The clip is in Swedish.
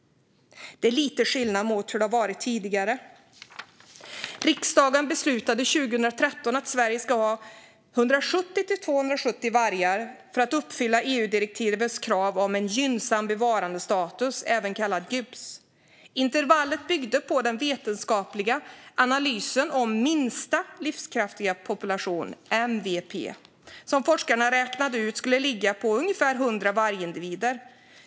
Det är lite skillnad mot hur det har varit tidigare. Riksdagen beslutade 2013 att Sverige skulle ha 170-270 vargar för att uppfylla EU-direktivets krav på en gynnsam bevarandestatus, även kallad GYBS. Intervallet byggde på den vetenskapliga analysen om minsta livskraftiga population, MVP, som forskarna räknade ut skulle ligga på ungefär 100 vargindivider.